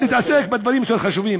להתעסק בדברים יותר חשובים,